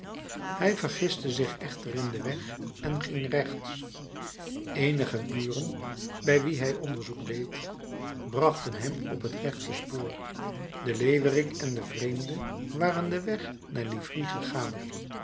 hij vergiste zich echter in den weg en ging rechts eenige buren bij wie hij onderzoek deed brachten hem op het rechte spoor de leeuwerik en de vreemde waren den weg naar livry gegaan